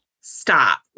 Stop